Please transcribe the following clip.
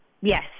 yes